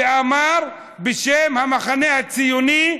ואמר: בשם המחנה הציוני,